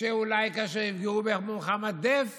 שכאשר יפגעו במוחמד דף